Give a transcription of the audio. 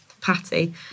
patty